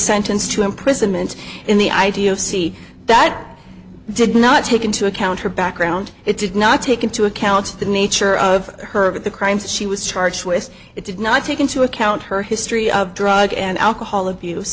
sentenced to imprisonment in the idea of see that did not take into account her background it did not take into account the nature of her the crimes that she was charged with it did not take into account her history of drug and alcohol abuse